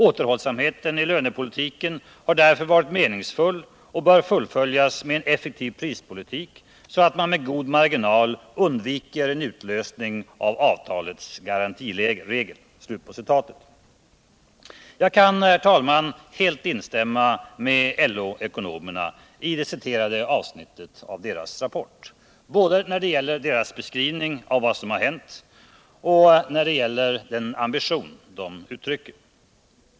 Återhållsamheten i lönepolitiken har därför varit meningsfull och bör fullföljas med en effektiv prispolitik så att man med god marginal undviker en utlösning av avtalets garantiregel.” Jag kan, herr talman, helt instämma med LO-ekonomerna i det citerde avsnittet av deras rapport, både när det gäller deras beskrivning av vad som har hänt och när det gäller den ambition de uttryckte.